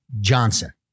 Johnson